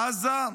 עזה,